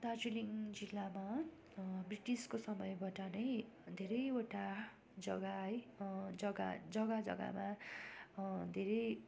दार्जिलिङ जिल्लामा ब्रिटिसको समयबाट नै धेरैवटा जगा है जगा जगा जगामा धेरै